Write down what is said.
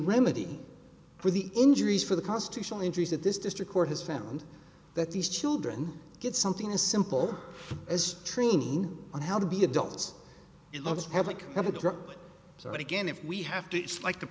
remedy for the injuries for the constitutional injuries that this district court has found that these children get something as simple as training on how to be adults of epic so that again if we have to like t